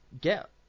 get